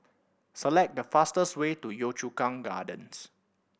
select the fastest way to Yio Chu Kang Gardens